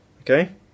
Okay